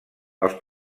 els